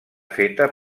feta